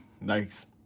Nice